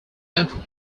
central